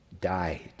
died